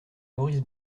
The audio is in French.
maurice